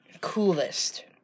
coolest